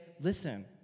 listen